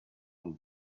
and